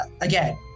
again